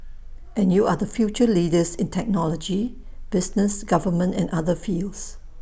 and you are the future leaders in technology business government and other fields